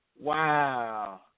Wow